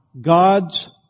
God's